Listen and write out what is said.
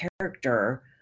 character